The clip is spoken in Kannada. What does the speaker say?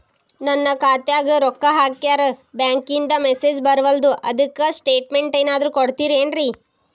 ನನ್ ಖಾತ್ಯಾಗ ರೊಕ್ಕಾ ಹಾಕ್ಯಾರ ಬ್ಯಾಂಕಿಂದ ಮೆಸೇಜ್ ಬರವಲ್ದು ಅದ್ಕ ಸ್ಟೇಟ್ಮೆಂಟ್ ಏನಾದ್ರು ಕೊಡ್ತೇರೆನ್ರಿ?